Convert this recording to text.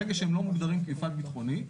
ברגע שהם לא מוגדרים כמפעל ביטחוני,